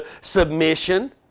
submission